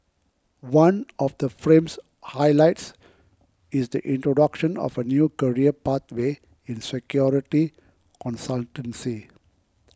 one of the frames highlights is the introduction of a new career pathway in security consultancy